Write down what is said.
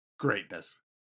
Greatness